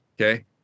okay